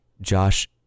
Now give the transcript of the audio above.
Josh